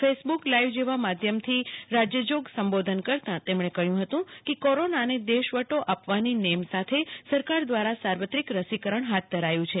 Facebook live જેવા માધ્યમથી રાજયજોગ સંબોધન કરતાં તેમણે કહ્યું હતું કે કોરોનાને દેશવટો આપવાની નેમ સાથે સરકાર દ્વારા સાર્વત્રિક રસીકરણ હાથ ધરાયું છે